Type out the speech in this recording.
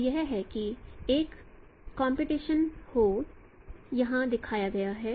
तो यह है कि इस कॉम्पटीशन को यहाँ दिखाया गया है